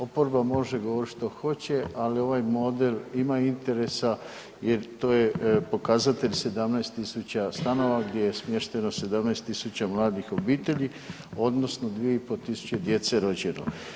Oporba može govorit što hoće, ali ovaj model ima interesa jer to je pokazatelj 17.000 stanova gdje je smješteno 17.000 mladih obitelji odnosno 2.500 djece rođeno.